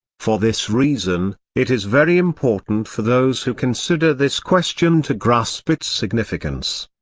for this reason, it is very important for those who consider this question to grasp its significance.